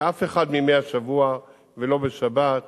באף אחד מימי השבוע, ולא בשבת,